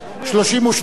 מי נגד?